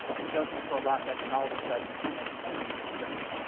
and goes into a lockup and all of a sudden is in a men's facility.